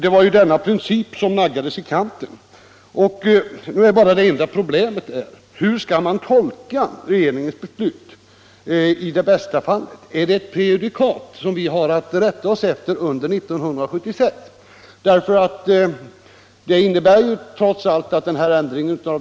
Det var denna princip = register av totalkasom i det aktuella fallet naggades i kanten. raktär Det enda problemet är nu hur regeringens beslut skall tolkas. Är det ett prejudikat som vi skall rätta oss efter under 1976?